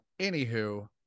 anywho